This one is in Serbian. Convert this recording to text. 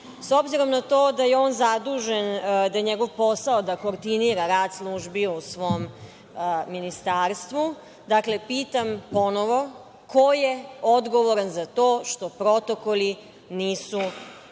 S obzirom na to da je on zadužen, da je njegov posao da koordinira rad službi u svom ministarstvu, dakle, pitam ponovo ko je odgovoran za to što protokoli nisu